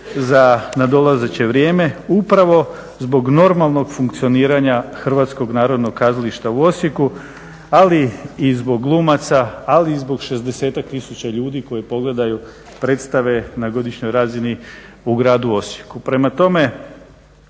za nadolazeće vrijeme upravo zbog normalnog funkcioniranja HNK-a u Osijeku ali i zbog glumaca, ali i zbog 60-tak tisuća ljudi koji pogledaju predstave na godišnjoj razini u gradu Osijeku. Prema tome